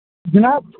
جناب